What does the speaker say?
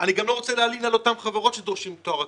אני גם לא רוצה להלין על אותן חברות שדורשות תואר אקדמי,